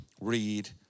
read